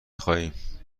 خواهیم